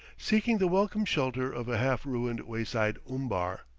seeking the welcome shelter of a half-ruined wayside umbar.